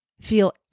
feel